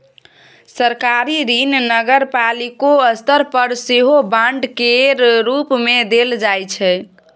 सरकारी ऋण नगरपालिको स्तर पर सेहो बांड केर रूप मे देल जाइ छै